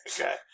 Okay